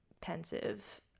pensive